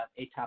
atopic